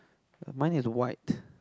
mine is white